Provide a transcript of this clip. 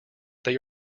they